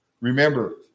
Remember